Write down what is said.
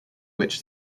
which